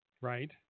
Right